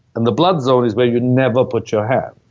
and the blood zone is where you never put your hand.